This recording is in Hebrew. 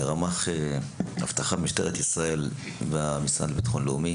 רמ"ח אבטחת משטרת ישראל במשרד לביטחון לאומי,